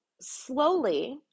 slowly